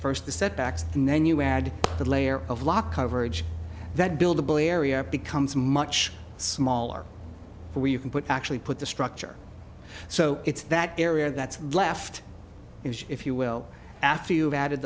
first the setbacks and then you add the layer of law coverage that buildable area becomes much smaller where you can put actually put the structure so it's that area that's left is if you will after you've added